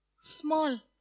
small